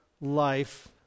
life